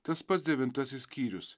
tas pats devintasis skyrius